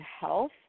health